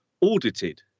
audited